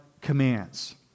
commands